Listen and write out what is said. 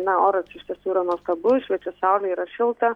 na oras iš tiesų yra nuostabus šviečia saulė yra šilta